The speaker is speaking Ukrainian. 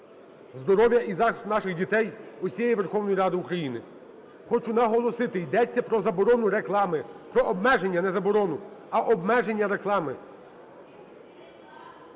здоров'я і захисту наших дітей, усієї Верховної Ради України. Хочу наголосити, йдеться про заборону реклами. Про обмеження, не заборону, а обмеження реклами.